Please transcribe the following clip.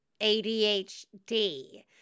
ADHD